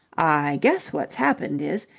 i guess what's happened is,